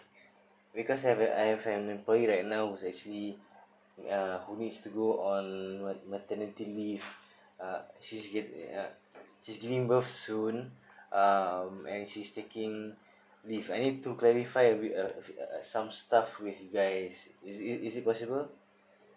because I have a I have an employee right now who is actually uh who needs to go on what maternity leave uh she's get uh she's giving birth soon um and she's taking leave I need to clarify with a some stuff with you guys is is it possible